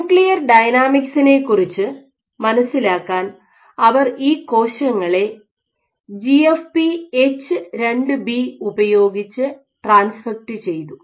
nuclear ഡൈനാമിക്സിനെക്കുറിച്ച് മനസിലാക്കാൻ അവർ ഈ കോശങ്ങളെ ജിഎഫ്പി എച്ച് 2 ബി ഉപയോഗിച്ച് ട്രാൻസ്ഫെക്റ്റ് ചെയ്തു